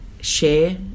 share